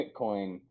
Bitcoin